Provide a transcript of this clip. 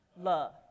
love